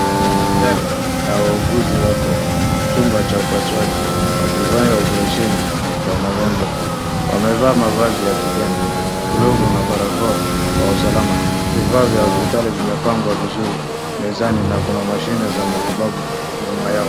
Madaktari na wauguzi wako chumba cha upasuaji wakifanya oparesheni kwa magonjwa. Wamevaa mavazi ya kijani, glovu na barakoa kwa usalama. Vifaa vya hospitali vimepangwa vizuri mezani na kuna mashine za matibabu nyuma yao.